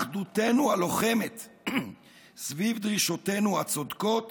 אחדותנו הלוחמת סביב דרישותינו הצודקות